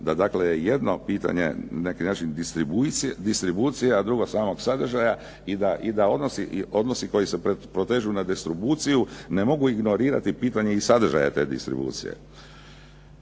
na neki način distribucije, a drugo samog sadržaja i da odnosi koji se protežu na distribuciju ne mogu ignorirati pitanje i sadržaja te distribucije.